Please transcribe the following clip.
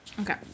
Okay